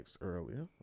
earlier